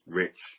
rich